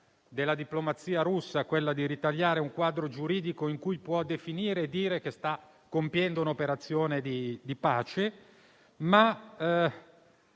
della diplomazia russa quella di ritagliare un quadro giuridico, in cui poter definire e dire che si sta compiendo un'operazione di pace -